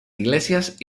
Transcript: iglesias